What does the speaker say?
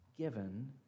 Given